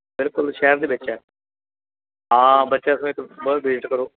ਬਿਲਕੁਲ ਸ਼ਹਿਰ ਦੇ ਵਿੱਚ ਹੈ ਹਾਂ ਬੱਚਾ ਵੇਟ ਕਰੋ